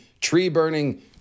tree-burning